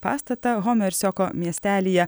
pastatą homersioko miestelyje